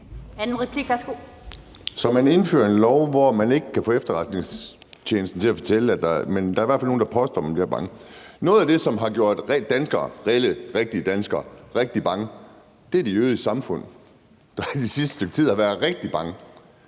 Så man indfører en lov, hvor man ikke kan få efterretningstjenesten til at fortælle noget, men der er i hvert fald nogle, der påstår, at man bliver bange. Nogle af dem – reelle, rigtige danskere, som er gjort rigtig bange – er det jødiske samfund, der det sidste stykke tid har været rigtig bange.